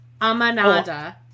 Amanada